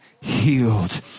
healed